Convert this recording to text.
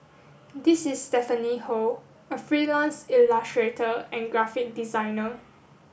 this is Stephanie Ho a freelance illustrator and graphic designer